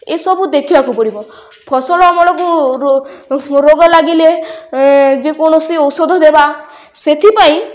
ଏସବୁ ଦେଖିବାକୁ ପଡ଼ିବ ଫସଲ ଅମଳକୁ ରୋଗ ଲାଗିଲେ ଯେକୌଣସି ଔଷଧ ଦେବା ସେଥିପାଇଁ